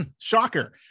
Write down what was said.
shocker